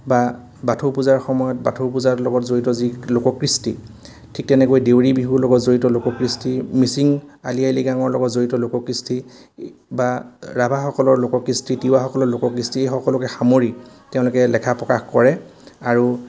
বা বাথৌ পূজাৰ সময়ত বাথৌ পূজাৰ লগত জড়িত যি লোককৃষ্টি ঠিক তেনেকৈ দেউৰী বিহুৰ লগত জড়িত লোককৃষ্টি মিচিং আলি আই লৃগাঙৰ লগত জড়িত লোককৃষ্টি বা ৰাভাসকলৰ লোককৃষ্টি তিৱাসকলৰ লোককৃষ্টি এই সকলোকে সামৰি তেওঁলোকে লেখা প্ৰকাশ কৰে আৰু